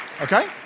Okay